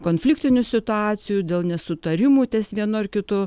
konfliktinių situacijų dėl nesutarimų ties vienu ar kitu